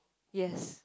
yes